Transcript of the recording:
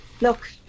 look